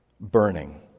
burning